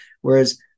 whereas